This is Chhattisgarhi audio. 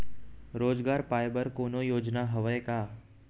रोजगार पाए बर कोनो योजना हवय का?